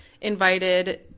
invited